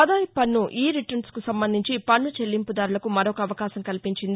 ఆదాయపు పన్ను ఇ రిటర్నులకు సంబంధించి వన్ను చెల్లింపుదారులకు మరొక అవకాశం కల్పించింది